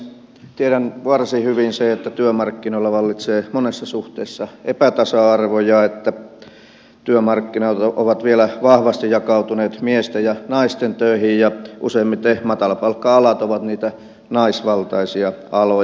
tiedän varsin hyvin sen että työmarkkinoilla vallitsee monessa suhteessa epätasa arvo ja että työmarkkinat ovat vielä vahvasti jakautuneet miesten ja naisten töihin ja useimmiten matalapalkka alat ovat niitä naisvaltaisia aloja